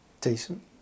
Decent